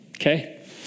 Okay